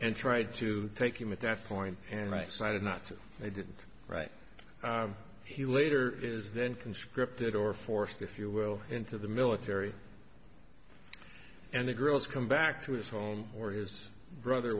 and tried to take him at that point and i cited not i didn't write he later is then conscripted or forced if you will into the military and the girls come back to his home or his brother